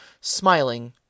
smiling